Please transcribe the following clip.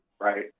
right